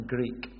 Greek